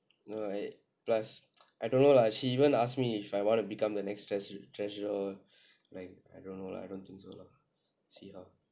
no I plus I don't know lah she even ask me if I want to become the next treasure treasurer like I don't know lah I don't think so lah see how